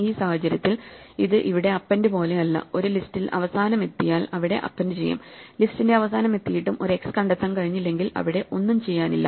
ഈ സാഹചര്യത്തിൽ ഇത് ഇവിടെ അപ്പെൻഡ് പോലെ അല്ല ഒരു ലിസ്റ്റിൽ അവസാനം എത്തിയാൽ അവിടെ അപ്പെൻഡ് ചെയ്യും ലിസ്റ്റിന്റെ അവസാനം എത്തിയിട്ടും ഒരു x കണ്ടെത്താൻ കഴിഞ്ഞില്ലെങ്കിൽ അവിടെ ഒന്നും ചെയ്യാനില്ല